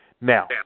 Now